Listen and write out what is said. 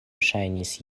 ŝajnis